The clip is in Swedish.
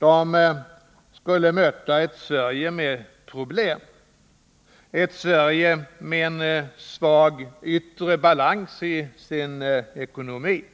De skulle möta ett Sverige med problem, ett Sverige med en svag yttre balans i sin ekonomi,